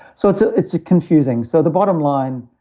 so and so it's a confusing. so the bottom line,